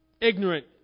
ignorant